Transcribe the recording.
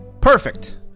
Perfect